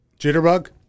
Jitterbug